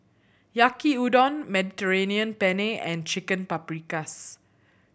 Yaki Udon Mediterranean Penne and Chicken Paprikas